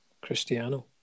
Cristiano